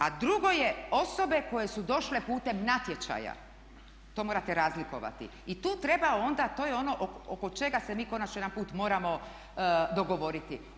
A drugo je, osobe koje su došle putem natječaja, to morate razlikovati i tu treba onda, to je ono oko čega se mi konačno jedan put moramo dogovoriti.